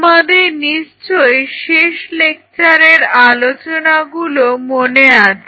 তোমাদের নিশ্চয়ই শেষ লেকচারের আলোচনাগুলো মনে আছে